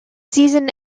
season